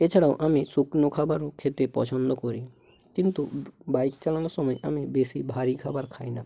এছাড়াও আমি শুকনো খাবারও খেতে পছন্দ করি কিন্তু বাইক চালানোর সময় আমি বেশি ভারি খাবার খাই না